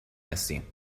هستیم